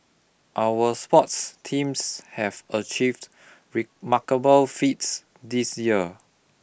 our sports teams have achieved remarkable feats this year